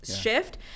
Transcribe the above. shift